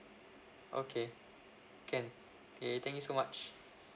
okay can K thank you so much